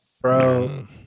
Bro